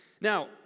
Now